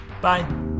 Bye